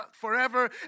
forever